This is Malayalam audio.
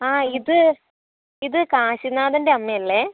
ആ ഇത് ഇത് കാശിനാഥൻ്റെ അമ്മയല്ലേ